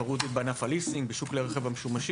תחרות בענף הליסינג ובשוק כלי הרכב המשומשים,